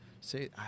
say